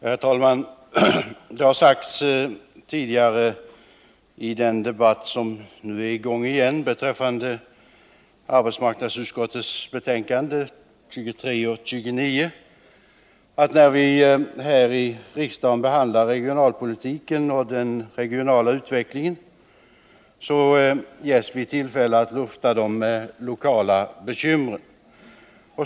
Herr talman! Det har sagts tidigare i den debatt beträffande arbetsmarknadsutskottets betänkanden nr 23 och 29 som nu är i gång igen att vi när vi i riksdagen behandlar regionalpolitiken och den regionala utvecklingen ges tillfälle att lufta de lokala bekymren.